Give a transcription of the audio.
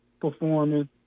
performing